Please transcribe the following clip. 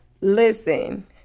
Listen